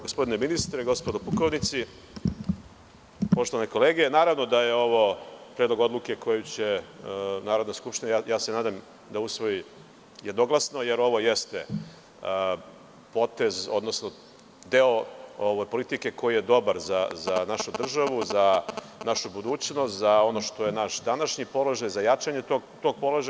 Gospodine ministre, gospodo pukovnici, poštovane kolege, naravno da je ovo predlog odluke koji će Narodna skupština, nadam se, da usvoji jednoglasno, jer ovo jeste potez, odnosno deo politike koji je dobar za našu državu, za našu budućnost, za ono što je naš današnji položaj i za jačanje tog položaja.